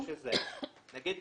אני רוצה